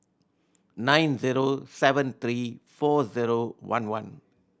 nine zero seven three four zero one one